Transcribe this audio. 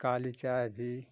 काली चाय भी